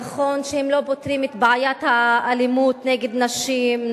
נכון שהם לא פותרים את בעיית האלימות נגד נשים,